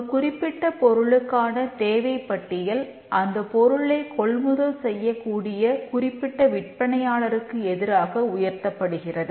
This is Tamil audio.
ஒரு குறிப்பிட்ட பொருளுக்கான தேவைப்பட்டியல் அந்த பொருளை கொள்முதல் செய்யக்கூடிய குறிப்பிட்ட விற்பனையாளருக்கு எதிராக உயர்த்தப்படுகிறது